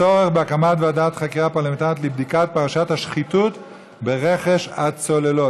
הצורך בהקמת ועדת חקירה פרלמנטרית לבדיקת פרשת השחיתות ברכש הצוללות,